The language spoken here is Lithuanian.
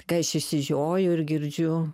kai aš išsižioju ir girdžiu